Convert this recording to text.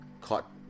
caught